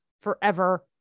forever